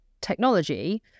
technology